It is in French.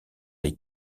les